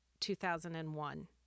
2001